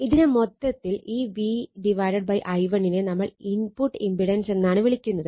ഇതിനെ മൊത്തത്തിൽ ഈ V i1 നെ നമ്മൾ ഇൻപുട്ട് ഇമ്പിടൻസ് എന്നാണ് വിളിക്കുന്നത്